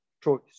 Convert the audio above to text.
choice